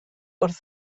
wrth